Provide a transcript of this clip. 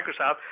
Microsoft